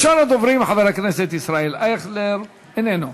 ראשון הדוברים, חבר הכנסת ישראל אייכלר, איננו,